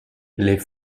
les